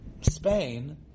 Spain